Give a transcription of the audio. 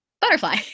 butterfly